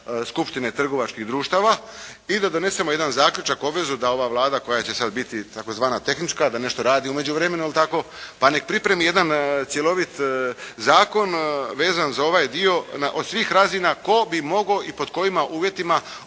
skupštine trgovačkih društava i da donesemo jedan zaključak, obvezu da ova Vlada koja će sad biti tzv. "tehnička" da nešto radi u međuvremenu, je li tako, pa neka pripremi jedan cjelovit zakon vezan za ovaj dio na, od svih razina tko bi mogao i pod kojima uvjetima